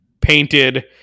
painted